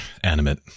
animate